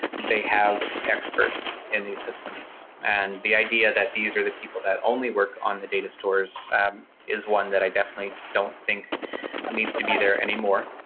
they have experts in these systems, and the idea that these are the people that only work on the data stores is one that i definitely don't think needs to be there anymore.